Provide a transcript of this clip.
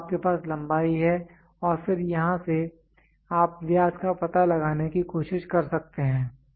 तो आपके पास लंबाई है और फिर यहां से आप व्यास का पता लगाने की कोशिश कर सकते हैं